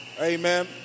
amen